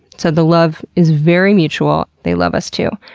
so the love is very mutual, they love us too.